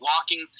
walking